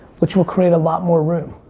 which will create a lot more room.